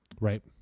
right